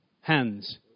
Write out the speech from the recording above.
hands